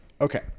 Okay